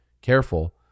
Careful